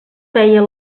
feia